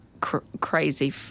crazy